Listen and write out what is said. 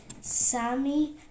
Sammy